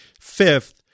fifth